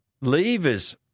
levers